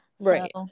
right